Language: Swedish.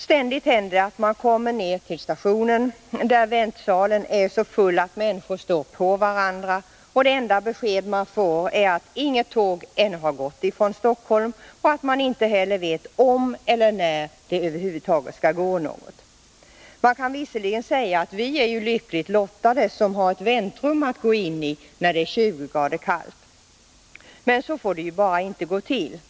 Ständigt händer det att man, när man kommer ner till stationen, finner att väntsalen är så full att människor står på varandra och det enda besked man får är att inget tåg ännu har gått från Stockholm och att man inte heller vet om eller när det över huvud taget skall gå något. Det kan visserligen sägas att vi är lyckligt lottade som har ett väntrum att gå in i när det är 20 grader kallt. Men på det här sättet får det bara inte gå till.